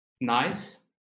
nice